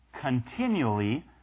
continually